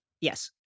Yes